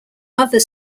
other